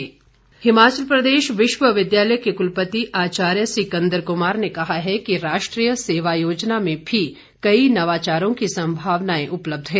कुलपति हिमाचल प्रदेश विश्वविद्यालय के कुलपति आचार्य सिकंदर कुमार ने कहा है कि राष्ट्रीय सेवा योजना में भी कई नवाचारों की सम्भावनाएं उपलब्ध है